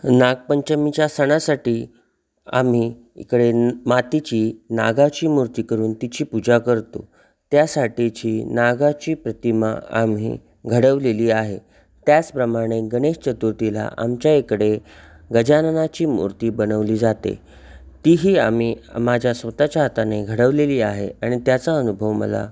नागपंचमीच्या सणासाठी आम्ही इकडे मातीची नागाची मूर्ती करून तिची पूजा करतो त्यासाठीची नागाची प्रतिमा आम्ही घडवलेली आहे त्याचप्रमाणे गणेश चतुर्थीला आमच्या इकडे गजाननाची मूर्ती बनवली जाते तीही आम्ही माझ्या स्वतःच्या हाताने घडवलेली आहे आणि त्याचा अनुभव मला